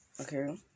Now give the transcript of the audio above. Okay